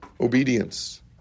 obedience